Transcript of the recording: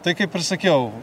tai kaip ir sakiau